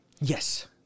Yes